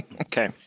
Okay